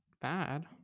bad